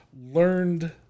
learned